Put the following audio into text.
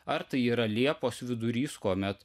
ar tai yra liepos vidurys kuomet